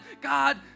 God